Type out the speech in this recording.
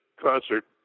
concert